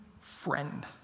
friend